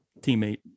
teammate